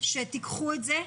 שתיקחו את זה,